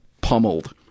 pummeled